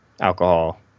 alcohol